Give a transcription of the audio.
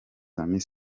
amis